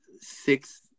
six